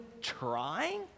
trying